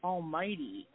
Almighty